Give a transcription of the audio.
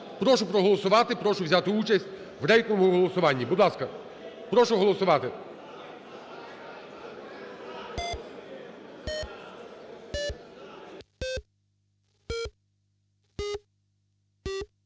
прошу проголосувати, прошу взяти участь в рейтинговому голосуванні. Будь ласка, прошу голосувати.